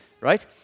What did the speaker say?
right